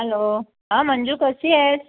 hello हा मंजू कशी आहेस